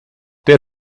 der